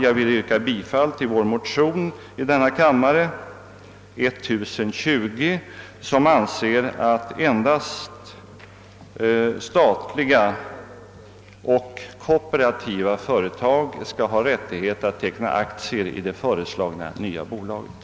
Jag vill yrka bifall till vår motion II: 1020, vari den synpunkten framförts, att endast statliga och kooperativa företag skall ha rättighet att teckna aktier i det föreslagna nya bolaget.